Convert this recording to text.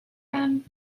then